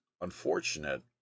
unfortunate